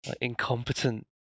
incompetent